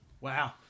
Wow